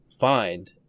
find